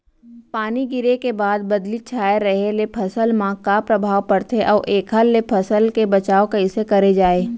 पानी गिरे के बाद बदली छाये रहे ले फसल मा का प्रभाव पड़थे अऊ एखर ले फसल के बचाव कइसे करे जाये?